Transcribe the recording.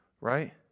Right